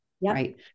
Right